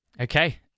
Okay